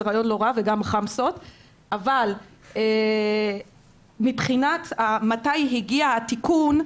זה רעיון לא רע וגם חמסות אבל מבחינת מתי הגיע התיקון,